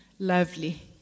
Lovely